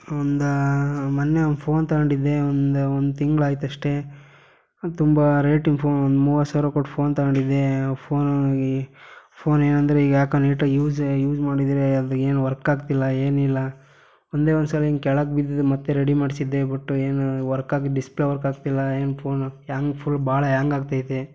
ಒಂದು ಮೊನ್ನೆ ಒಂದು ಫೋನ್ ತಗೊಂಡಿದ್ದೆ ಒಂದು ಒಂದು ತಿಂಗ್ಳು ಆಯ್ತು ಅಷ್ಟೇ ತುಂಬ ರೇಟಿನ ಫೋನ್ ಒಂದು ಮೂವತ್ತು ಸಾವಿರ ಕೊಟ್ಟು ಫೋನ್ ತಗೊಂಡಿದ್ದೆ ಫೋನ್ ಫೋನ್ ಏನಂದರೆ ಈಗ ಯಾಕೋ ನೀಟಾಗಿ ಯೂಸೇ ಯೂಸ್ ಮಾಡಿದರೆ ಅದು ಏನೂ ವರ್ಕ್ ಆಗ್ತಿಲ್ಲ ಏನೂ ಇಲ್ಲ ಒಂದೇ ಒಂದು ಸಲ ಹಿಂಗೆ ಕೆಳಗೆ ಬಿದ್ದಿದ್ದು ಮತ್ತೆ ರಡಿ ಮಾಡಿಸಿದ್ದೆ ಬಟ್ ಏನೂ ವರ್ಕ್ ಆಗಿ ಡಿಸ್ಪ್ಲೇ ವರ್ಕ್ ಆಗ್ತಿಲ್ಲ ಏನು ಫೋನೊ ಹ್ಯಾಂಗ್ ಫುಲ್ ಭಾಳ ಹ್ಯಾಂಗ್ ಆಗ್ತೈತೆ